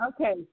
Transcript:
Okay